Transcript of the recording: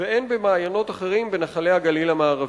והן במעיינות אחרים בנחלי הגליל המערבי.